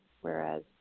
whereas